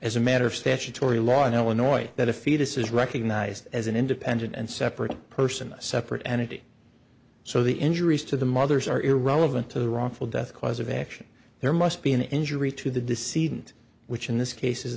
as a matter of statutory law in illinois that a fetus is recognized as an independent and separate person a separate entity so the injuries to the mother's are irrelevant to the wrongful death cause of action there must be an injury to the deceit which in this case is